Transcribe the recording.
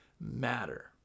matter